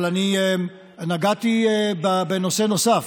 אבל אני נגעתי בנושא נוסף,